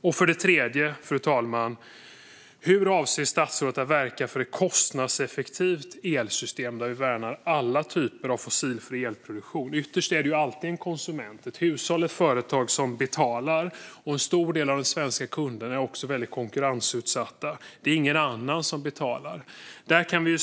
Den tredje frågan, fru talman, är hur statsrådet avser att verka för ett kostnadseffektivt elsystem där vi värnar alla typer av fossilfri elproduktion. Ytterst är det alltid en konsument, ett hushåll eller ett företag, som betalar. En stor del av de svenska kunderna är också väldigt konkurrensutsatta. Det är ingen annan som betalar.